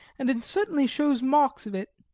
and it certainly shows marks of it.